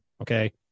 Okay